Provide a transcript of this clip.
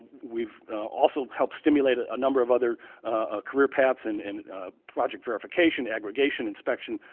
we've also helped stimulate a number of other career paths and in project verification, aggregation, inspection,